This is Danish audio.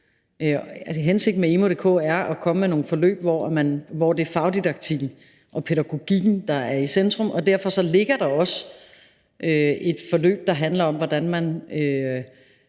Hensigten med emu.dk er at komme med nogle forløb, hvor det er fagdidaktikken og pædagogikken, der er i centrum, og derfor ligger der også et bud på materiale om, hvordan man